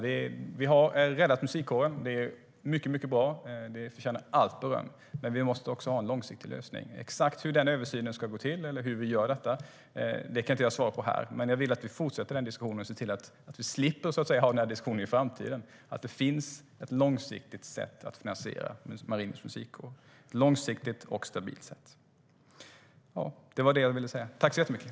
Vi har räddat Marinens musikkår. Det är mycket bra och förtjänar allt beröm. Men vi måste också ha en långsiktig lösning. Exakt hur den översynen ska gå till eller hur vi gör detta kan jag inte svara på här. Men jag vill att vi fortsätter den diskussionen och ser till att vi slipper ha den här diskussionen i framtiden - att det finns ett långsiktigt och stabilt sätt att finansiera Marinens musikkår.